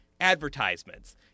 advertisements